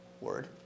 word